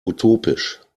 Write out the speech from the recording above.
utopisch